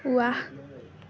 ৱাহ